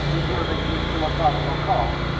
preserving his philosophical calm,